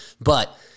but-